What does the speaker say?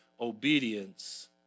obedience